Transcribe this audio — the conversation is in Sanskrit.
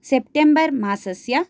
सेप्टेम्बर् मासस्य